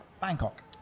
Bangkok